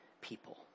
people